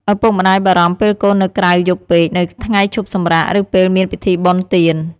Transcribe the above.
ឪពុកម្តាយបារម្ភពេលកូននៅក្រៅយប់ពេកនៅថ្ងៃឈប់សម្រាក ឬពេលមានពិធីបុណ្យទាន។